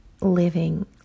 living